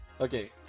Okay